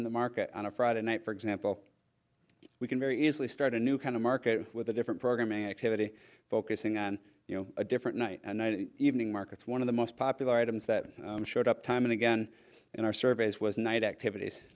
in the market on a friday night for example we can very easily start a new kind of market with a different programming activity focusing on a different night and night evening markets one of the most popular items that showed up time and again in our surveys was night activities